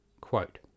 Quote